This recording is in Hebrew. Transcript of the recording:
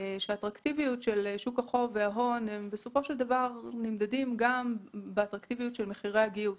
האטרקטיביות של שוק החוב וההון נמדדת גם באטרקטיביות של מחירי הגיוס.